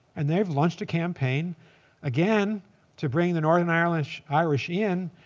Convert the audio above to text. and they've launched a campaign again to bring the northern irish irish in.